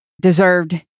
deserved